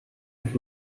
and